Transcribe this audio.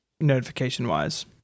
notification-wise